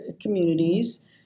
communities